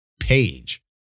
page